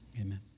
amen